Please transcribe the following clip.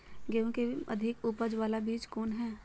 गेंहू की अधिक उपज बाला बीज कौन हैं?